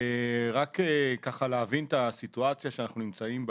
רק להבין את הסיטואציה שאנחנו נמצאים בה.